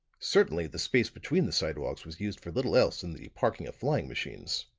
certainly the space between the sidewalks was used for little else than the parking of flying-machines.